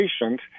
patient